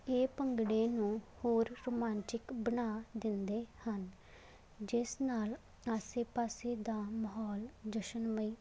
ਇਹ ਭੰਗੜੇ ਨੂੰ ਹੋਰ ਰੋਮਾਂਚਕ ਬਣਾ ਦਿੰਦੇ ਹਨ ਜਿਸ ਨਾਲ ਆਸੇ ਪਾਸੇ ਦਾ ਮਾਹੌਲ ਜਸ਼ਨਮਈ